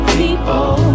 people